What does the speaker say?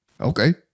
Okay